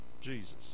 jesus